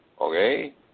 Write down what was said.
okay